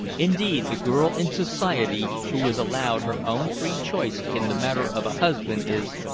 indeed, the girl in society who is allowed her own free choice in the matter of a husband is,